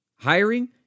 Hiring